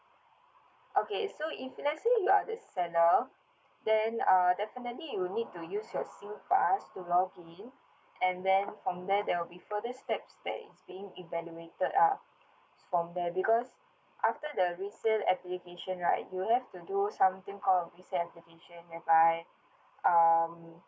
okay so if let's say you are the seller then uh definitely you'll need to use your singpass to login and then from there there'll be further steps that is being evaluated ah from there because after the resale application right you'll have to do something called uh resale application whereby um